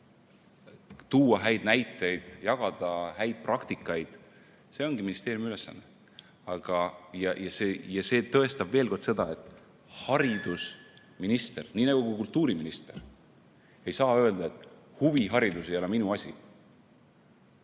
tuua häid näiteid, jagada häid praktikaid. See ongi ministeeriumi ülesanne. See tõestab veel kord seda, et ei haridusminister ega ka kultuuriminister saa öelda, et huviharidus ei ole minu asi.